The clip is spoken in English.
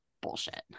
bullshit